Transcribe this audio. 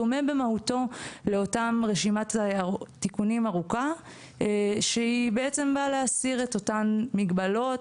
דומה במהותו לאותה רשימת תיקונים ארוכה שבאה להסיר את אותן מגבלות,